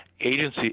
agency